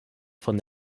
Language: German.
von